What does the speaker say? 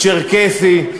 צ'רקסי,